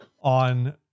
on